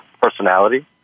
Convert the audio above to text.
personality